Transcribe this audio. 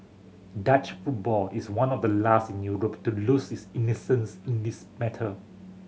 Dutch football is one of the last in Europe to lose its innocence in this matter